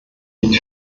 liegt